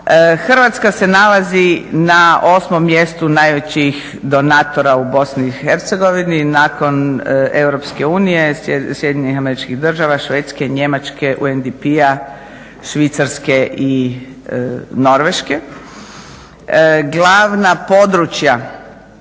Hrvatska se nalazi na osmom mjestu najvećih donatora u BiH, nakon Europske unije, SAD-a, Švedske, Njemačke, UNDP-a, Švicarske i Norveške.